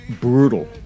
brutal